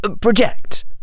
project